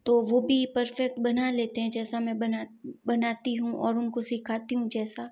तो वो भी परफ़ेक्ट बना लेते हैं जैसा मैं बना बनाती हूँ और उनको सिखाती हूँ जैसा